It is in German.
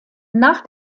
nach